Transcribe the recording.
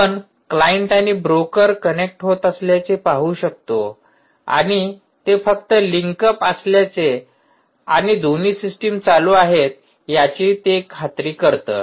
आपण क्लायंट आणि broker connect होत असल्याचे पाहू शकतो आणि ते फक्त लिंक अप असल्याचे आणि दोन्ही सिस्टम चालू आहेत याची ते खात्री करते